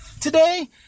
today